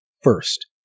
first